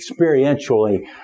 experientially